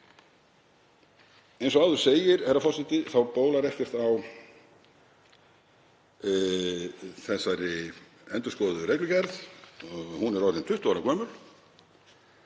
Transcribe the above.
Eins og áður segir, herra forseti, þá bólar ekkert á þessari endurskoðuðu reglugerð. Hún er orðin 20 ára gömul